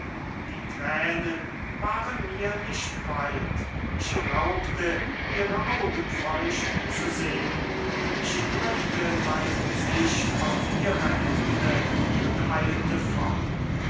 die tränen waren mir nicht weit ich glaubte ihre augen feucht zu sehen ich drückte mein gesicht auf ihre hände und eilte fort